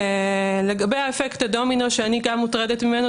לגבי האפקט הדומינו שאני גם מוטרדת ממנו,